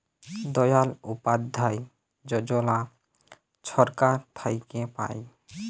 দয়াল উপাধ্যায় যজলা ছরকার থ্যাইকে পায়